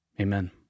Amen